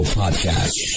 podcast